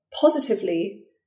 positively